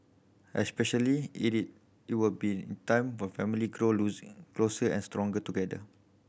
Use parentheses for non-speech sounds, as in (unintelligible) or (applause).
especially it is it will be time when family grow (unintelligible) closer and stronger together